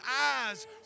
eyes